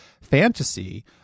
fantasy